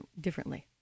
differently